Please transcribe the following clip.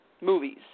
movies